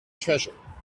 treasure